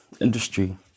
industry